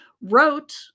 wrote